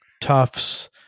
tufts